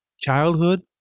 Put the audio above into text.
Childhood